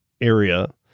area